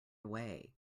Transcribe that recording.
away